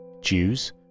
Jews